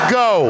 go